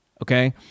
Okay